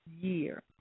year